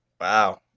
Wow